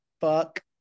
Fuck